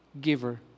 giver